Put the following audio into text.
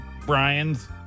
Brian's